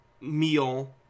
meal